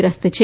ગ્રસ્ત છે